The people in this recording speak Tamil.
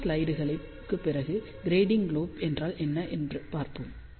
சில ஸ்லைடுகளுக்குப் பிறகு கிராட்டிங் லோப் என்றால் என்ன என்று பார்ப்போம்